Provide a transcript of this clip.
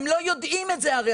הם לא יודעים את זה הרי.